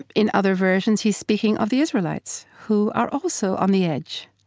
in other versions, he's speaking of the israelites, who are also on the edge.